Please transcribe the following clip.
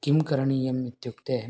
किं करणीयम् इत्युक्ते